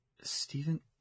Steven